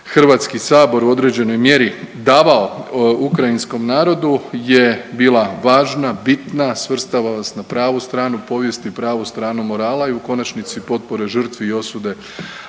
pa i HS u određenoj mjeri davao ukrajinskom narodu je bila važna, bitna, svrstava nas na pravu stranu povijesti, pravu stanu morala i u konačnici, potpore žrtvi i osude